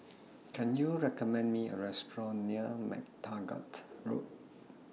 Can YOU recommend Me A Restaurant near MacTaggart Road